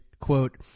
quote